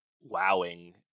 wowing